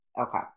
Okay